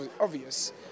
obvious